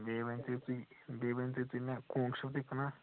بیٚیہِ ؤنۍ تَو تُہۍ بیٚیہِ ؤنۍ تَو تُہۍ مےٚ کۄنٛگ چھُو تُہۍ کٕنان